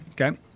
Okay